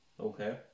Okay